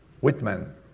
Whitman